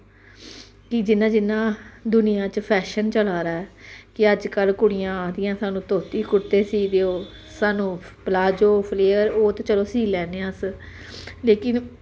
कि जियां जियां दुनियां च फैशन चला दा ऐ कि अज्जकल कुड़ियां आखदिया सानू धोती कुर्ते सीह् देओ सानू पलाजो फ्लेयर ओह् त चलो सीह् लैन्ने आं अस लेकिन